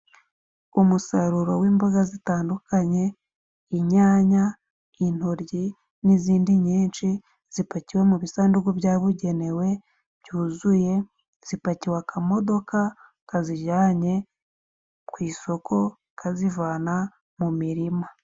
Umusaruro w'imboga zitandukanye inyanya , intoryi n'izindi nyinshi zipakiwe mu bisanduku byabugenewe byuzuye , zipakiwe akamodoka kazijyanye ku isoko kazivana mu mirima.